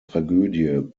tragödie